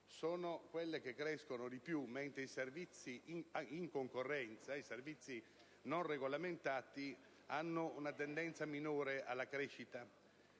sono quelle che crescono di più, mentre i servizi in concorrenza (cioè quelli non regolamentati) hanno una tendenza minore alla crescita.